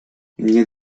nie